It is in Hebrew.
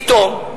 פתאום,